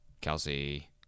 Kelsey